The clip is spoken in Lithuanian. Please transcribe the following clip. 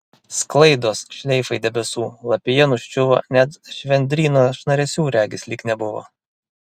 sklaidos šleifai debesų lapija nuščiuvo net švendryno šnaresių regis lyg nebuvo